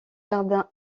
jardins